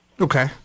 Okay